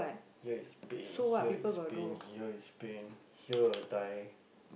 here is pain here is pain here is pain here will die